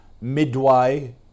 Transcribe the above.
Midway